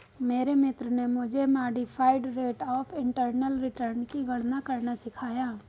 मेरे मित्र ने मुझे modified rate of internal return की गणना करना सिखाया